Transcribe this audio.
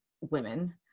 women